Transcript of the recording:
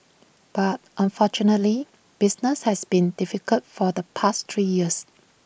but unfortunately business has been difficult for the past three years